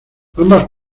ambas